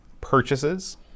purchases